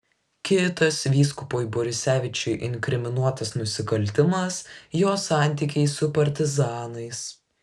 kitas vyskupui borisevičiui inkriminuotas nusikaltimas jo santykiai su partizanais